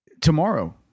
tomorrow